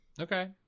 Okay